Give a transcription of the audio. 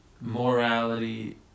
morality